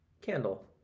candle